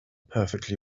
perfectly